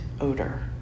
odor